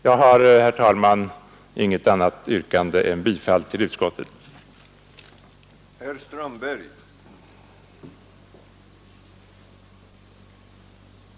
Jag har, herr talman, inget annat yrkande än bifall till utskottets förslag.